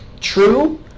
true